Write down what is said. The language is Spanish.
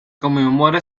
conmemora